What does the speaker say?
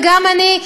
וגם אני,